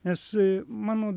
nes mano